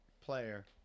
player